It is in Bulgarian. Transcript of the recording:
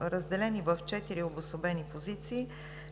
разделени в четири обособени позиции,